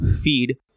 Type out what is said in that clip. feed